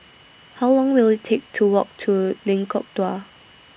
How Long Will IT Take to Walk to Lengkok Dua